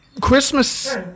Christmas